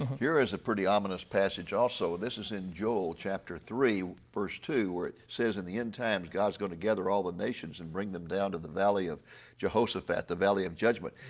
here is a pretty ominous passage also, this is in joel chapter three verse two where it says, in the end times god is going to gather all the nations and bring them down to the valley of jehoshaphat, the valley of judgement.